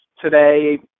Today